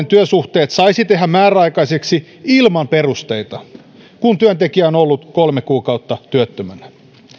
työsuhteet saisi tehdä määräaikaisiksi ilman perusteita kun työntekijä on ollut kolme kuukautta työttömänä